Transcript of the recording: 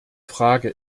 frage